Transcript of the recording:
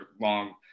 long